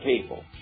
people